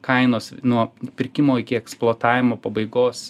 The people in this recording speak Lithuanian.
kainos nuo pirkimo iki eksploatavimo pabaigos